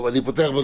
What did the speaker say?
אני פותח את